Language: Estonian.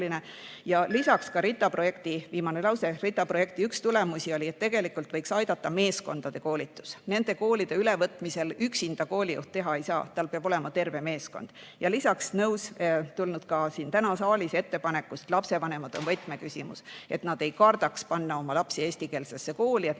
Ja lisaks ka RITA-projekti – viimane lause – üks tulemusi oli, et tegelikult võiks aidata meeskondade koolitus. Nende koolide ülevõtmist üksinda koolijuht teha ei saa, tal peab olema terve meeskond. Ja lisaks olen nõus ka siin täna saalis [jutuks] tulnud seisukohaga, et lapsevanemad on võtmeküsimus – et nad ei kardaks panna oma lapsi eestikeelsesse kooli, et